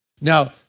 Now